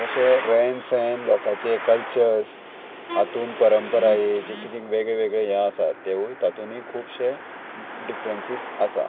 तशें रेन सैन लोकाचे कल्चर्स हातून परंपरा वेगळे वेगळे हे आसात तेवूय तातून खुबशे डिफरंसीस आसा